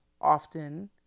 often